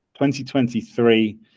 2023